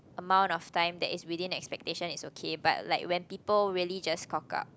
amount of time that is within expectation it's okay but like when people really just cock up